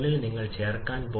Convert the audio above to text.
നമ്മൾ ഇവിടെയെത്തുന്നത് എന്താണ്